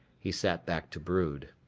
he sat back to brood.